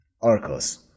Arcos